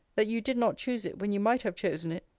that you did not choose it when you might have chosen it,